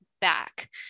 back